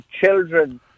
children